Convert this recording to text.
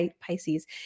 Pisces